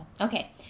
Okay